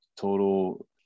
total